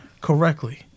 correctly